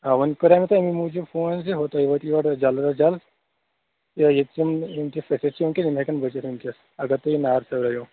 آ وۅنۍ کَریو مےٚ تۄہہِ اَمہِ موٗجوٗب فون زِ تُہۍ وٲتِو یور حظ جلد اَز جلد تِکیٛازِ ییٚتہِ چھُ ؤنکیٚس تُہۍ گٔژھِو یِم ہیٚکن بٔچِتھ امہِ سٍتۍ اگر تُہۍ یہِ نار ژھیٚورٲوِو